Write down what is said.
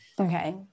Okay